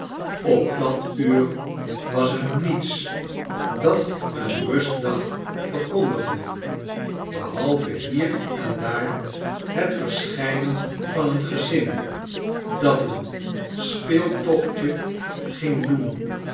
op dat uur was er niets dat een rustdag verkondigde behalve hier en daar het verschijnen van een gezin dat een speeltochtje ging doen